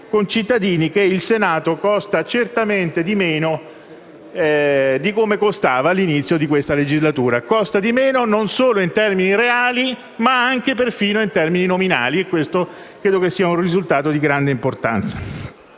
concittadini che il Senato costa certamente meno di quanto costava all'inizio di questa legislatura; costa di meno non solo in termini reali, ma anche in termini nominali, e questo credo che sia un risultato di grande importanza.